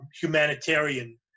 humanitarian